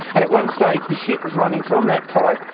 and at one stage the shit was running from that pipe.